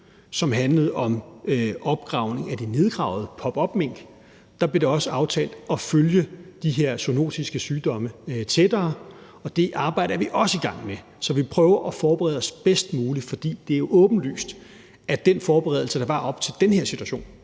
som handlede om opgravning af de nedgravede pop up-mink, blev det også aftalt at følge de her zoonotiske sygdomme tættere, og det arbejde er vi også i gang med. Så vi prøver at forberede os bedst muligt, fordi det er åbenlyst, at den forberedelse, der var op til den her situation,